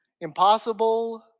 impossible